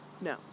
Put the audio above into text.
no